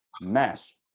mesh